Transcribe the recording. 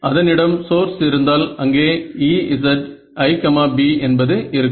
அதனிடம் சோர்ஸ் இருந்தால் அங்கே EziB என்பது இருக்கும்